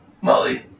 Molly